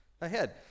ahead